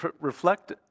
reflect